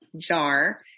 jar